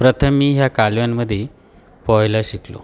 प्रथम मी ह्या कालव्यांमध्ये पोहायला शिकलो